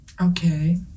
Okay